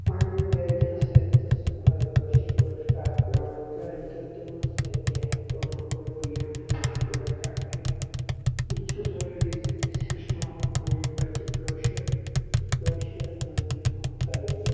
پننٮ۪ن گرِکین سۭتۍ تہِ صُبحٲے کٲشِر پٲٹھۍ کتھ پٮ۪وان کرٕنۍ تہٕ تِمن سۭتۍ تہِ ہٮ۪کو نہٕ اردوٗ یا انگلِش پٲٹھی کتھ کٔرتھ یہِ چھُ ضروٗری زِ أسۍ ہیٚچھناو ہوٚکھ پنٕںی بچہِ کٲشُر تہٕ کٲشرس منٛز دِمہِ ہوٚکھ تعٲبیتھ